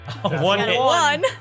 one